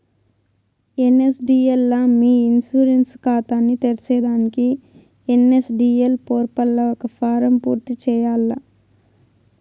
NSDL లా మీ insurance కాతాని తెర్సేదానికి ఎన్.ఎస్.డి.ఎల్ పోర్పల్ల ఒక ఫారం పూర్తి చేయాల్ల